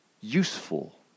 useful